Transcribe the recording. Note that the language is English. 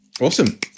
Awesome